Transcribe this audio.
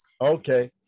Okay